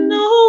no